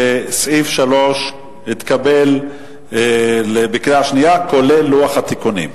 שסעיף 3 התקבל בקריאה שנייה, כולל לוח התיקונים.